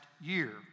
year